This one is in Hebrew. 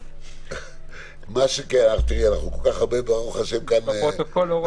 אנחנו נפנה אותם לשלטון המקומי,